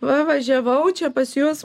va važiavau čia pas jus